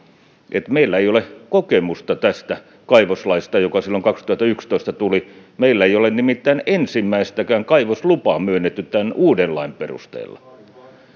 että meillä ei ole kokemusta tästä kaivoslaista joka silloin kaksituhattayksitoista tuli meillä ei ole nimittäin ensimmäistäkään kaivoslupaa myönnetty tämän uuden lain perusteella